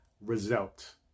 result